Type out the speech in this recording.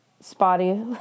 spotty